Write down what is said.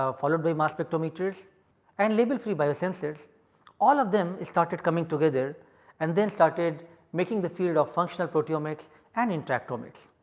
followed by mass spectrometers and label free biosensors all of them is started coming together and then started making the field of functional proteomics and interactomics.